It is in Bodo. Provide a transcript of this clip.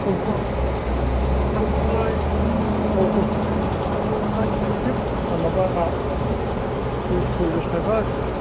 फुल कबि ओंखारबाय अल कबि ओंखारबाय दामा बारा थ्रिस सल्लिस थाखा